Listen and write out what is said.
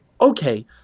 Okay